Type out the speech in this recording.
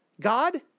God